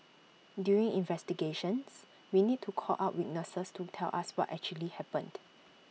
during investigations we need to call up witnesses to tell us what actually happened